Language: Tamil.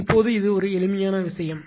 இப்போது இது எளிமையான விஷயம்